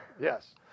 Yes